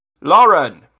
Lauren